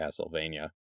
Castlevania